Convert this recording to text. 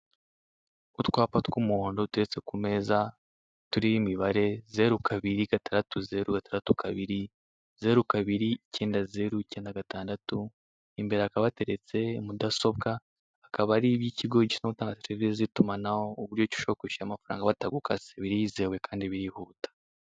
Utwapa tw'umuhondo duteretse ku meza turiho imibare zeru kabiri gatandatu zeru gatandatu kabiri, zeru kabiri icyenda zeru icyenda gatandatu, imbere hakaba hateretse mudasobwa akaba ari iby'icyigo gishinzwe gutanga serivisi z'itumanaho uburyo cyi ushobora kwishyura amafaranga batagukase, birizewe kandi birihuta.